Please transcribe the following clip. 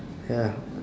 ya